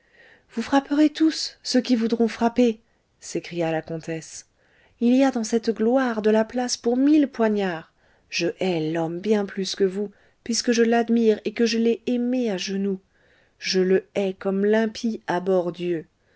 vous frapperez tous ceux qui voudront frapper s'écria la comtesse il y a dans cette gloire de la place pour mille poignards je hais l'homme bien plus que vous puisque je l'admire et que je l'ai aimé à genoux je le hais comme l'impie abhorre dieu